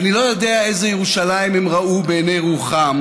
אני לא יודע איזו ירושלים הם ראו בעיני רוחם